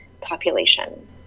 population